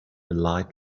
light